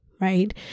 right